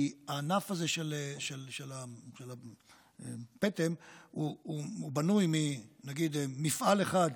כי הענף הזה של הפטם בנוי ממפעל אחד,